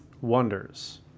wonders